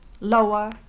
lower